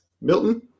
Milton